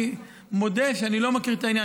אני מודה שאני לא מכיר את העניין.